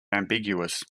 ambiguous